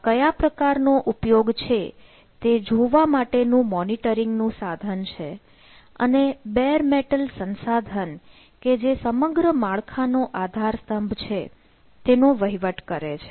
આ કયા પ્રકારના ઉપયોગ છે તે જોવા માટેનું મોનીટરીંગ નું સાધન છે અને બેર મેટલ સંસાધન કે જે સમગ્ર માળખા નો આધાર સ્તંભ છે તેનો વહીવટ કરે છે